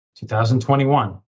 2021